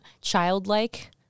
childlike